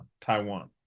Taiwan